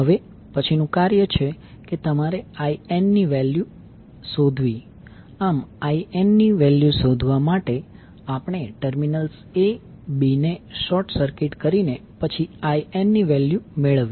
હવે પછીનું કાર્ય છે કે તમારે INની કિંમત શોધવી આમ INની કિંમત શોધવા માટે આપણે ટર્મિનલ્સ a b ને શોર્ટ સર્કિટ કરીને પછી INની વેલ્યૂ મેળવીએ